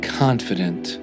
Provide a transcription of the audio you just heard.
confident